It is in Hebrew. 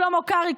שלמה קרעי,